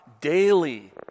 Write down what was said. daily